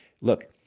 look